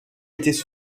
étaient